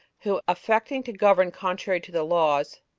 who, affecting to govern contrary to the laws,